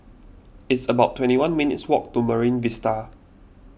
it's about twenty one minutes' walk to Marine Vista